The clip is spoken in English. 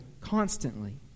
Constantly